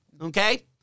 okay